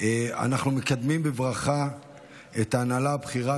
אנחנו מקדמים בברכה את ההנהלה הבכירה